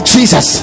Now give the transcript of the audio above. Jesus